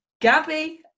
Gabby